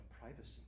privacy